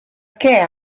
què